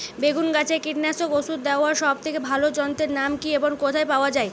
বেগুন গাছে কীটনাশক ওষুধ দেওয়ার সব থেকে ভালো যন্ত্রের নাম কি এবং কোথায় পাওয়া যায়?